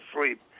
sleep